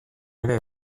ere